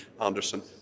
Anderson